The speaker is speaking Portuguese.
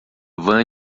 van